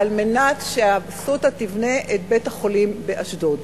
על מנת ש"אסותא" תבנה את בית-החולים באשדוד.